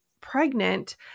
pregnant